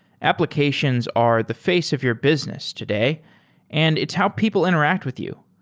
applications are the face of your business today and it's how people interact with you.